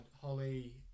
holly